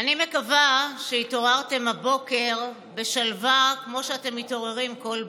אני מקווה שהתעוררתם הבוקר בשלווה כמו שאתם מתעוררים כל בוקר.